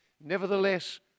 Nevertheless